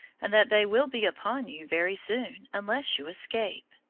and that they will be upon you very soon unless you escape.